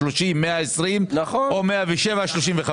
אנחנו סיכמנו 30 ו-120 או 107 ו-35.